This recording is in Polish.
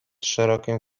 szerokim